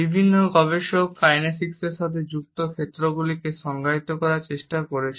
বিভিন্ন গবেষক কাইনেসিক্সের সাথে যুক্ত ক্ষেত্রগুলিকে সংজ্ঞায়িত করার চেষ্টা করেছেন